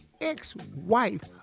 ex-wife